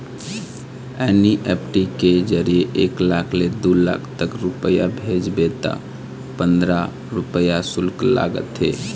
NEFT के जरिए एक लाख ले दू लाख तक रूपिया भेजबे त पंदरा रूपिया सुल्क लागथे